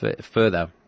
further